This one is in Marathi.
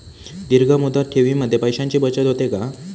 दीर्घ मुदत ठेवीमध्ये पैशांची बचत होते का?